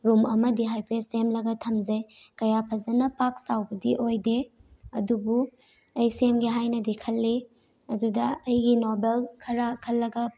room ꯑꯃꯗꯤ ꯍꯥꯏꯐꯦꯠ ꯁꯦꯝꯂꯒ ꯊꯝꯖꯩ ꯀꯌꯥ ꯐꯖꯅ ꯄꯥꯛ ꯆꯥꯎꯕꯗꯤ ꯑꯣꯏꯗꯦ ꯑꯗꯨꯕꯨ ꯑꯩ ꯁꯦꯝꯒꯦ ꯍꯥꯏꯅꯗꯤ ꯈꯜꯂꯤ ꯑꯗꯨꯗ ꯑꯩꯒꯤ ꯅꯣꯕꯦꯜ ꯈꯔ ꯈꯜꯂꯒ